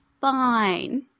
fine